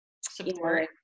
support